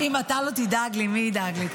אם אתה לא תדאג לי, מי ידאג לי?